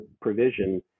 provision